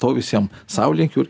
to visiem sau linkiu ir